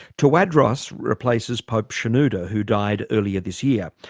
tawadros replaces pope shenouda who died earlier this year.